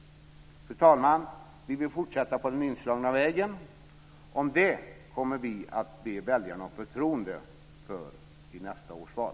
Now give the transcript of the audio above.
Fru talman! Vi vill fortsätta på den inslagna vägen. Det kommer vi att be väljarna om förtroende för i nästa års val.